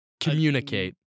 communicate